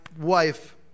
wife